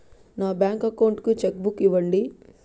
నా bank account కు cheque book ఇవ్వండి